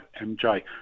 MJ